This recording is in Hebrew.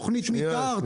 תכנית מתאר,